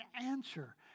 answer